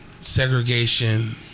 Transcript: segregation